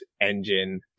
engine